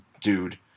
Dude